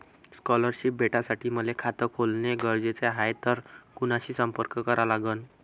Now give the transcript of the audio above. Scholarship भेटासाठी मले खात खोलने गरजेचे हाय तर कुणाशी संपर्क करा लागन?